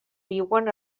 viuen